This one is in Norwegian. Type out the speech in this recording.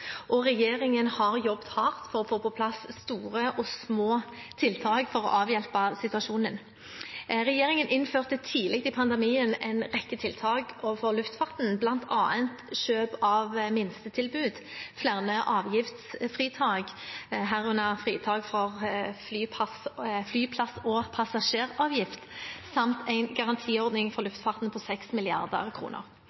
og regjeringen har jobbet hardt for å få på plass store og små tiltak for å avhjelpe situasjonen. Regjeringen innførte tidlig i pandemien en rekke tiltak overfor luftfarten, bl.a. kjøp av et minstetilbud, flere avgiftsfritak, herunder fritak for flyplass- og passasjeravgift, samt en garantiordning for